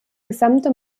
gesamte